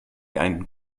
einen